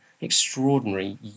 extraordinary